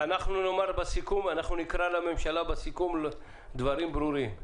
אנחנו נקרא לממשלה בסיכום דברים ברורים.